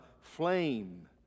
flame